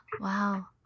Wow